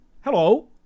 Hello